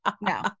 No